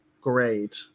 great